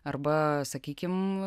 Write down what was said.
arba sakykim